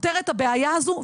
פותר את הבעיה הזו.